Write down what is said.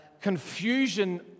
confusion